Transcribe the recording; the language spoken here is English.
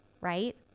right